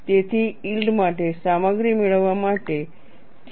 તેથી યીલ્ડ માટે સામગ્રી મેળવવા માટે 0